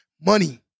money